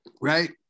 right